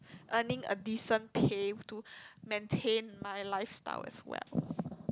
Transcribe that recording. earning a decent pay to maintain my lifestyle as well